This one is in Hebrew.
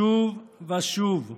שוב ושוב,